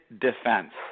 defense